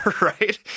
Right